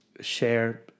share